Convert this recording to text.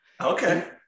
Okay